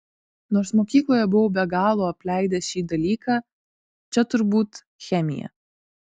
nors mokykloje buvau be galo apleidęs šį dalyką čia turbūt chemija